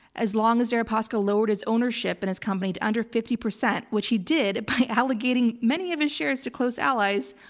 as long as deripaska lowered ownership and his company to under fifty percent which he did by allocating many of his shares to close allies.